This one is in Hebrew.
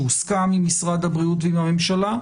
שהוסכם עם משרד הבריאות ועם הממשלה,